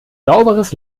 sauberes